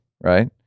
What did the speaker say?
right